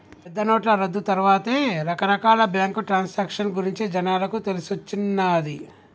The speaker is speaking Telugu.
పెద్దనోట్ల రద్దు తర్వాతే రకరకాల బ్యేంకు ట్రాన్సాక్షన్ గురించి జనాలకు తెలిసొచ్చిన్నాది